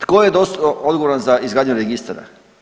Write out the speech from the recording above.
Tko je odgovoran za izgradnju registra?